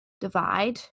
divide